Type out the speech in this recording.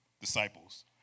disciples